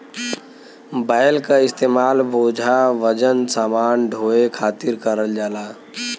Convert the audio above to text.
बैल क इस्तेमाल बोझा वजन समान ढोये खातिर करल जाला